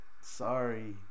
sorry